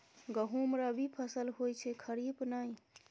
गहुम रबी फसल होए छै खरीफ नहि